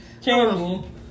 Champion